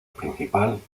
principal